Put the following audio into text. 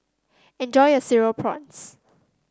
enjoy your Cereal Prawns